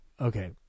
Okay